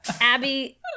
Abby